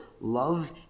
love